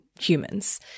humans